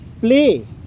play